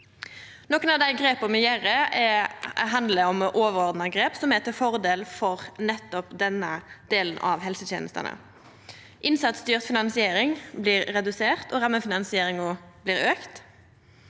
Nokre av grepa me tek, handlar om overordna grep som er til fordel for nettopp denne delen av helsetenestene. Innsatsstyrt finansiering blir redusert, og rammefinansieringa blir auka.